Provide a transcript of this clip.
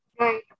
Right